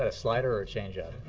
ah slider or a change-up?